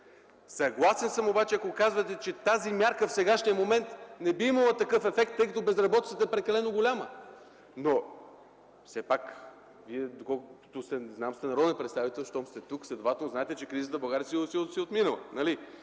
Съгласен съм обаче, ако казвате, че тази мярка в сегашния момент не би имала такъв ефект, тъй като безработицата е прекалено голяма. Но все пак, доколкото знам, Вие сте народен представител и щом сте тук, следователно знаете, че кризата в България си е отминала,